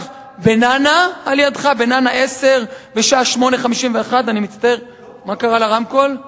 על-ידך בנענע-10 בשעה 08:51. מה קרה לרמקול?